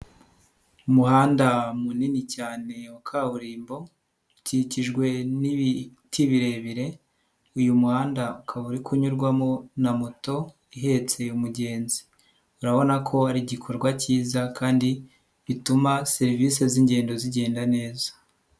Umuhanda munini cyane wa kaburimbo ukikijwe n'ibiti birebire, uyu muhanda ukaba uri kunyurwamo na moto ihetse umugenzi, urabona ko ari igikorwa cyiza kandi gituma serivisi z'ingendo zigenda neza.